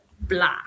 blah